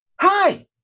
Hi